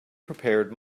prepared